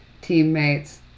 teammates